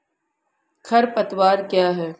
खरपतवार क्या है?